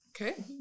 Okay